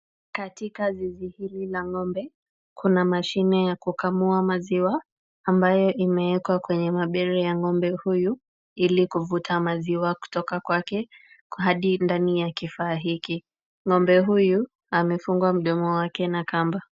Katika zizi hili la ng'ombe, kuna mashine ya kukamua maziwa, ambayo imewekwa kwenye mabere ya ng'ombe huyu, ili kuvuta maziwa kutoka kwake hadi ndani ya kifaa hiki. Ng'ombe huyu amefungwa mdomo wake na kamba.